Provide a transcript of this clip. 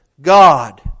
God